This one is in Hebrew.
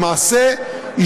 למעשה,